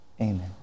Amen